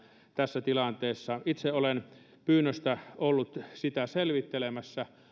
tässä tilanteessa itse olen pyynnöstä ollut sitä selvittelemässä